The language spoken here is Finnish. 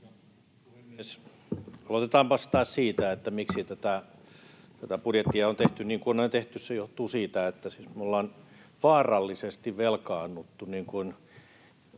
Aloitetaan vastaus siitä, miksi tätä budjettia on tehty niin kuin on tehty. Se johtuu siitä, että me ollaan vaarallisesti velkaannuttu,